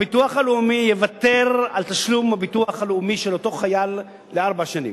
הביטוח הלאומי יוותר על תשלום הביטוח הלאומי שלו לארבע שנים,